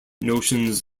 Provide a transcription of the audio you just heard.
notions